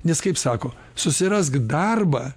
nes kaip sako susirask darbą